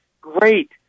Great